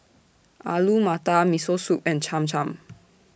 Alu Matar Miso Soup and Cham Cham